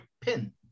pin